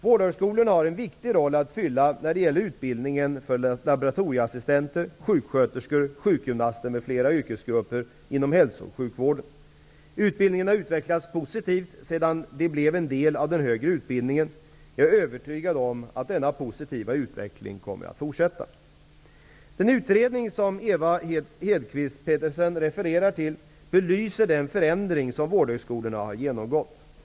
Vårdhögskolorna har en viktig roll att fylla när det gäller utbildningen för laboratorieassistenter, sjuksköterskor, sjukgymnaster m.fl. yrkesgrupper inom hälso och sjukvården. Utbildningarna har utvecklats positivt sedan de blev en del av den högre utbildningen. Jag är övertygad om att den positiva utvecklingen kommer att fortsätta. Den utredning som Ewa Hedkvist Petersen refererar till belyser den förändring som vårdhögskolorna har genomgått.